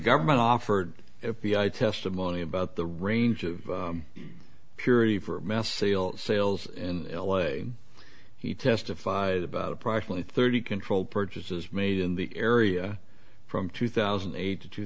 government offered it be i testimony about the range of purity for mass seal sales in l a he testified about approximately thirty control purchases made in the area from two thousand and eight to two